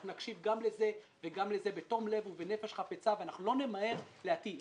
אנחנו נקשיב גם לזה וגם לזה בתום לב ובנפש חפצה ואנחנו לא נמהר להטיל.